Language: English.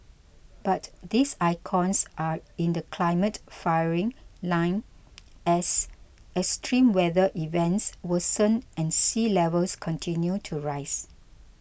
but these icons are in the climate firing line as extreme weather events worsen and sea levels continue to rise